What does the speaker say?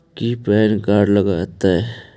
की PAN card लग तै?